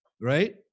right